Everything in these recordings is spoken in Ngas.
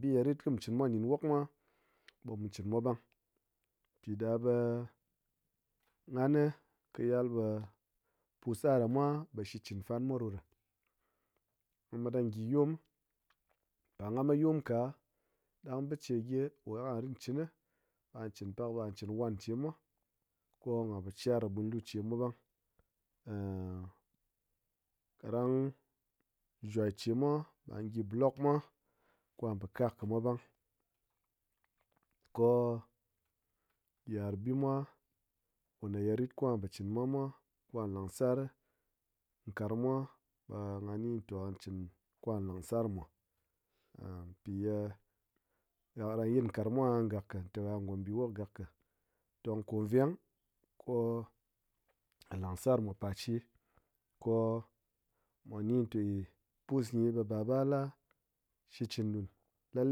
Bi ye rit kɨ mu chinmwa ɗin wokmwa ɓe mu chinmwa ɓang piɗaɓe nghani kɨ yal ɓe pus'aɗamwa ɓe shikchɨn fanmwa ɗoɗa, ngha mat ngha gyi yom, pa ngha mat yom ka ɗang biche gyi ko ngha chin ni ɓa chin pak ɓa chin wan chemwa ko ngha po char ɓwinlu chemwa ɓang kaɗang shwai che mwa ɓe ngha gyi bulok mwa kɨ ngha po ƙak kɨ mwa ɓang, ko-o yit'ar bimwa ko me ye rit kɨ ngha po chinmwa mwa ko ngha langsar karangmwa ɓa ngha ni to ngha chin ko ngha landsar mwa pi ye ha kɨran yit karang mwa aha gak ka te ha gombi wok aha gak ka, tong ko veng ko- ha langsarmwa parche ko-o mwa ni ta e pus gyi ɓe baba la shikchɨn ɗun la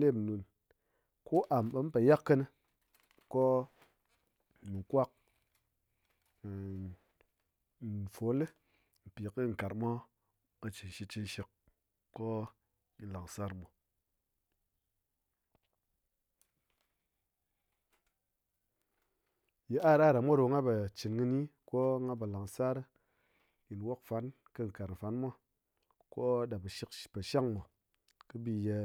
lep ɗun ko am ɓe mun po yak kini ko mu kwak vol li pi kɨ karang mwa mwa chin shikchɨn shishik ko gyi langsarmwa. Yit'ar aɗamwa ɗo ngha po chɨn kɨni ko ngha po langsar ɗin wokfan kɨ karang fanamwa ko ɗa shik po shangmwa kɨ bi ye